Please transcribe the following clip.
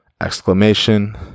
Exclamation